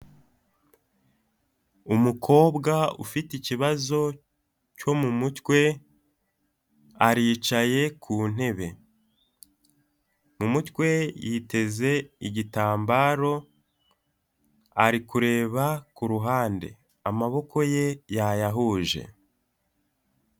Umukobwa ufite ikibazo cyo mu mutwe aricaye ku ntebe, mu mutwe yiteze igitambaro, arikureba ku ruhande amaboko ye yayahuje.